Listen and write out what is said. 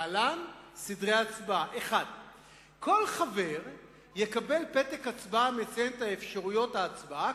להלן סדרי הצבעה: 1. כל חבר יקבל פתק הצבעה המציין את אפשרויות ההצבעה.